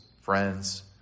friends